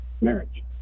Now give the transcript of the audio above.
marriage